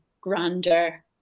grander